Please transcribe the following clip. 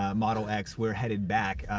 ah model x, we're headed back.